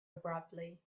abruptly